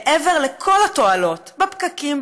מעבר לכל התועלות בפקקים,